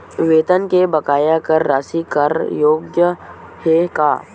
वेतन के बकाया कर राशि कर योग्य हे का?